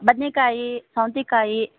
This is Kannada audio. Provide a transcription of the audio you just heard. ಬದ್ನೆಕಾಯಿ ಸೌತೆಕಾಯಿ